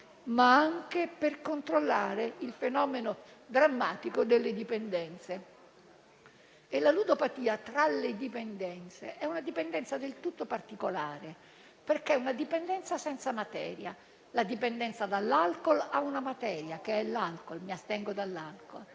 anche per controllare il fenomeno drammatico delle dipendenze. La ludopatia è una dipendenza del tutto particolare, perché è senza materia: la dipendenza dall'alcool ha una materia, che è l'alcool (mi astengo dall'alcool);